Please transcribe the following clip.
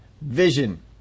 vision